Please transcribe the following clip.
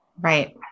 Right